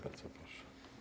Bardzo proszę.